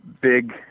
big